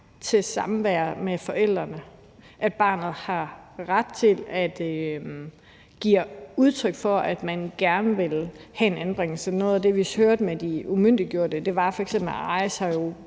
til samvær med forældrene; at barnet har ret til at give udtryk for, at man gerne vil have en anbringelse. Noget af det, vi hørte med de umyndiggjorte, var f.eks., at Ariz